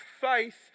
faith